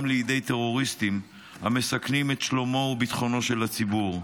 גם לידי טרוריסטים המסכנים את שלומו וביטחונו של הציבור.